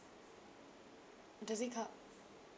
does it cov~